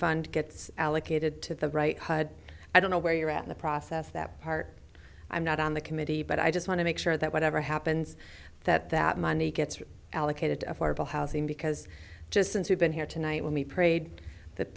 fund gets allocated to the right hud i don't know where you're at in the process that part i'm not on the committee but i just want to make sure that whatever happens that that money gets allocated to affordable housing because just since we've been here tonight when we prayed that